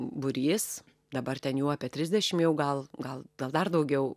būrys dabar ten jų apie trisdešim jau gal gal dar daugiau